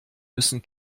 müssen